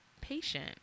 patient